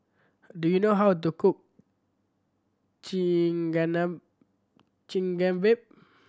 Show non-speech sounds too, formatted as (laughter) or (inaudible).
do you know how to cook (unintelligible)